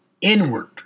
inward